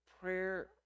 prayer